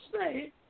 say